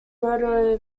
murder